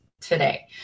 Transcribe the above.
today